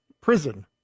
Prison